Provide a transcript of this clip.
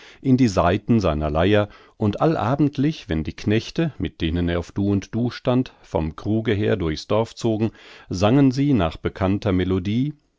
in die saiten seiner leier und allabendlich wenn die knechte mit denen er auf du und du stand vom kruge her durchs dorf zogen sangen sie nach bekannter melodie